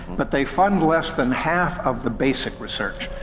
but they fund less than half of the basic research.